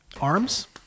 Arms